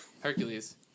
Hercules